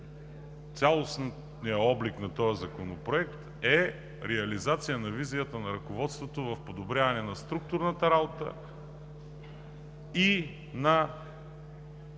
цялостния облик на Законопроекта е реализация на визията на ръководството в подобряване на структурната работа и на